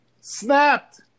Snapped